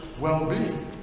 well-being